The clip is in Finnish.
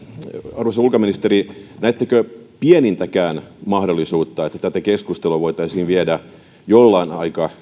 arvoisa ulkoministeri näettekö pienintäkään mahdollisuutta että tätä keskustelua voitaisiin viedä jollain